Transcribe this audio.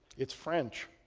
it's french.